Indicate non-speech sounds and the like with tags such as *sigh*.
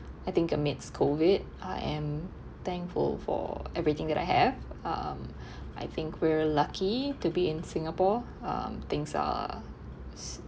I think amidst COVID I am thankful for everything that I have um *breath* I think we're lucky to be in singapore um things are